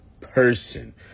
person